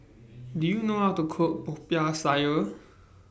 Do YOU know How to Cook Popiah Sayur